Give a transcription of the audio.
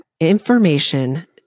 Information